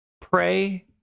Pray